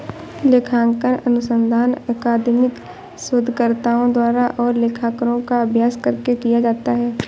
लेखांकन अनुसंधान अकादमिक शोधकर्ताओं द्वारा और लेखाकारों का अभ्यास करके किया जाता है